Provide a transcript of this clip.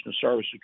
service